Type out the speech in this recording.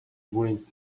bring